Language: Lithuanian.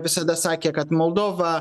visada sakė kad moldova